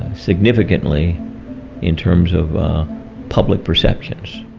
significantly in terms of public perceptions